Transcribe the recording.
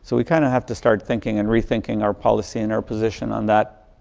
so we kind of have to start thinking and rethinking our policy and our position on that.